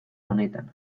honetan